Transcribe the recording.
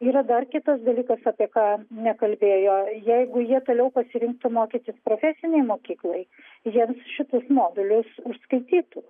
yra dar kitas dalykas apie ką nekalbėjo jeigu jie toliau pasirinktų mokytis profesinėj mokykloj jiems šitus modulius užskaitytų